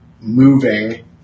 moving